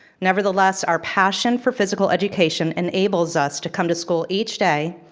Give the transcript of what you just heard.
nevertheless, our passion for physical education enables us to come to school each day,